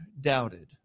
doubted